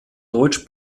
deutsch